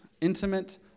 intimate